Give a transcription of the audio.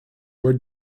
were